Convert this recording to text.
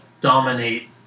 dominate